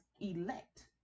elect